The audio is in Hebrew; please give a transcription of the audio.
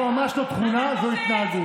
זו ממש לא תכונה, זו התנהגות.